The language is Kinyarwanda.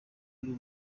b’u